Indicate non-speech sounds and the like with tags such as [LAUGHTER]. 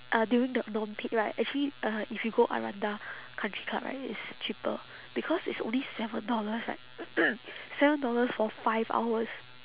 uh during the non peak right actually uh if you go aranda country club right it's cheaper because it's only seven dollars right [NOISE] seven dollars for five hours